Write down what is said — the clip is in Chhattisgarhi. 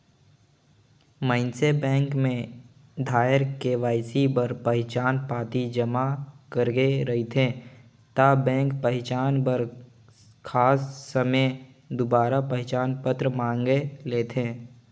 मइनसे बेंक में एक धाएर के.वाई.सी बर पहिचान पाती जमा करे रहथे ता बेंक पहिचान बर खास समें दुबारा पहिचान पत्र मांएग लेथे